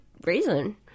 reason